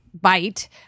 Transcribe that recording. bite